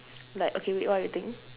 like okay wait what you think